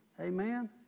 Amen